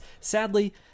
sadly